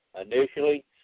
initially